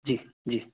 जी जी